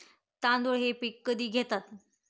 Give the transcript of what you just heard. तांदूळ हे पीक कधी घेतात?